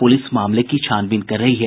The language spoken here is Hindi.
पुलिस मामले की छानबीन कर रही है